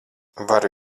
varu